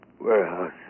Warehouse